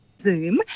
Zoom